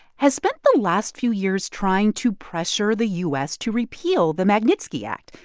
has spent the last few years trying to pressure the u s. to repeal the magnitsky act.